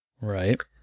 Right